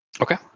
okay